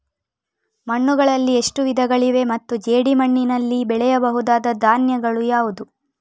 ಮಣ್ಣುಗಳಲ್ಲಿ ಎಷ್ಟು ವಿಧಗಳಿವೆ ಮತ್ತು ಜೇಡಿಮಣ್ಣಿನಲ್ಲಿ ಬೆಳೆಯಬಹುದಾದ ಧಾನ್ಯಗಳು ಯಾವುದು?